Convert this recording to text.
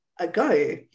Ago